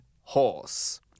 horse